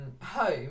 home